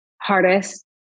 hardest